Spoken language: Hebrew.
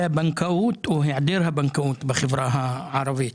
הבנקאות או היעדר הבנקאות בחברה הערבית.